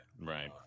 Right